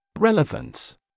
Relevance